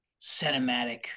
cinematic